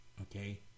Okay